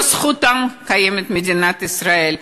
בזכותם קיימת מדינת ישראל.